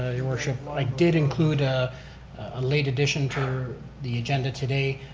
ah your worship, i did include a and late addition for the agenda today